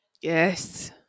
yes